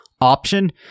option